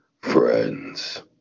friends